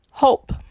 hope